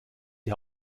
die